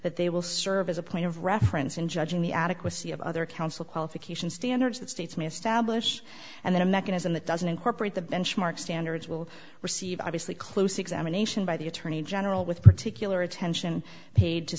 that they will serve as a point of reference in judging the adequacy of other council qualifications standards that states may establish and then a mechanism that doesn't incorporate the benchmark standards will receive obviously close examination by the attorney general with particular attention paid to